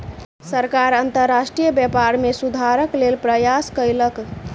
सरकार अंतर्राष्ट्रीय व्यापार में सुधारक लेल प्रयास कयलक